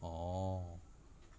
orh